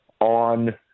on